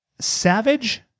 Savage